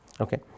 okay